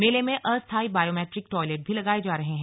मेले में अस्थाई बायोमेट्रिक टॉयलेट भी लगाए जा रहे हैं